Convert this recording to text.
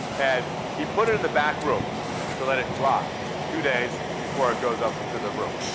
and he put it in the back room to let it dry two days before it goes up into the room.